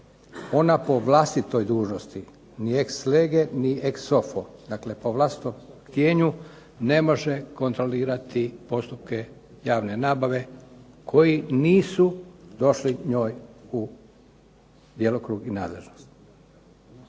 Ona po vlastitoj dužnosti ni ex lege, ni ex offo dakle po vlastitom htjenju ne može kontrolirati postupke javne nabave koji nisu došli njoj u djelokrug i nadležnost.